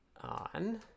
on